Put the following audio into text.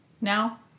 now